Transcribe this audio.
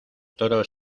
toros